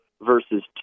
versus